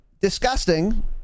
Disgusting